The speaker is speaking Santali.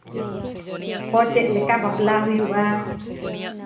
ᱠᱚ ᱪᱮᱫ ᱞᱮᱠᱟ ᱵᱟᱯᱞᱟ ᱦᱩᱭᱩᱜᱼᱟ